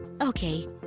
Okay